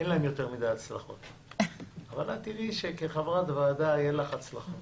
אין להם יותר מדי הצלחות אבל את תראי שכחברת ועדה יהיו לך הצלחות.